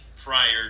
prior